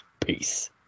Peace